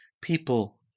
people